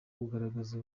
kugaragaza